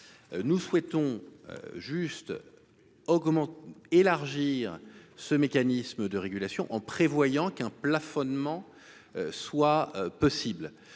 nous souhaitons juste au, comment élargir ce mécanisme de régulation en prévoyant qu'un plafonnement soit possible,